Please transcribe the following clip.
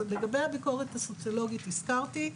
לגבי הביקורת הסוציולוגית הזכרתי.